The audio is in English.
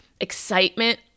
excitement